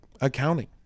accounting